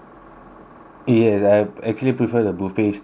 ya I actually prefer the buffet style like that